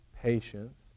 patience